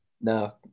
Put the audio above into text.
No